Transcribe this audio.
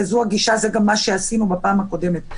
זו הגישה וזה גם מה שעשינו בפעם הקודמת.